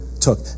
took